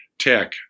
tech